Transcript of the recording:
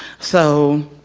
so